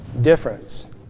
difference